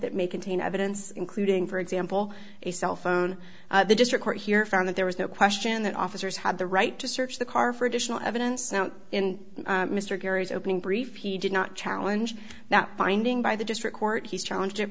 that may contain evidence including for example a cell phone the district court here found that there was no question that officers had the right to search the car for additional evidence in mr kerry's opening brief he did not challenge now finding by the district court he's challenged it